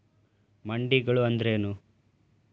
ಮಂಡಿಗಳು ಅಂದ್ರೇನು?